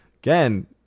again